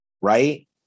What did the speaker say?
right